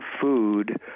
food